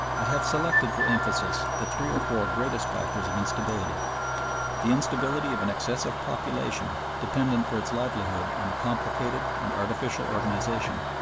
i have selected for emphasis the three or four greatest factors of instability the instability of an excessive population dependent for its livelihood on a complicated and artificial organization,